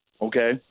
Okay